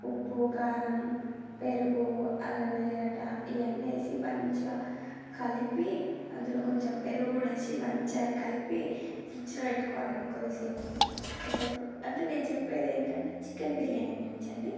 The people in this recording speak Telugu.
ఉప్పు కారం పెరుగు అల్లం ఎర్రగడ్డ ఇవన్నీ వేసి మంచిగా కలిపి అందులో కొంచెం పెరుగు కూడా వేసి మంచిగా కలిపి ఫ్రిడ్జ్లో పెట్టుకోవాలండి కొద్ది సేపు కొద్దిసేపు అంటే నేను చెప్పేది ఏంటంటే చికెన్ బిర్యానీ గురించండి